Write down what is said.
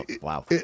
Wow